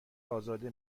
ازاده